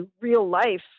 real-life